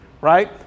right